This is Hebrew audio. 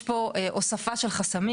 יש פה הוספה של חסמים.